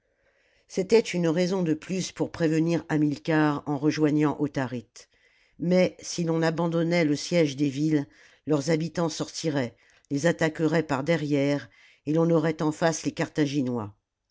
c'était une raison de plus pour prévenir hamilcar en rejoignant autharite mais si l'on abandonnait le siège des villes leurs habitants sortiraient les attaqueraient par derrière et l'on aurait en face les carthaginois